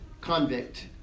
convict